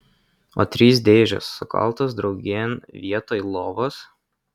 o trys dėžės sukaltos draugėn vietoj lovos